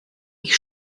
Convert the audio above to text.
ich